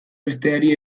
besteari